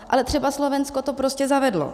Ale třeba Slovensko to prostě zavedlo.